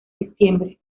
septiembre